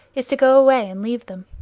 is to go away and leave them.